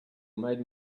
made